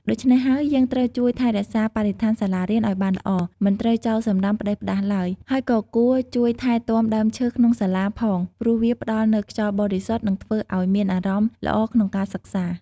ដូច្នេះហើយយើងត្រូវជួយថែរក្សាបរិស្ថានសាលារៀនឱ្យបានល្អ មិនត្រូវចោលសំរាមផ្តេសផ្តាស់ឡើយហើយក៏គួរជួយថែទាំដើមឈើក្នុងសាលាផងព្រោះវាផ្តល់នូវខ្យល់បរិសុទ្ធនិងធើ្វឱ្យមានអារម្មណ៍ល្អក្នុងការសិក្សា។